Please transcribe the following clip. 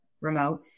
remote